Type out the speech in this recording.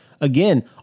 again